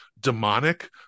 demonic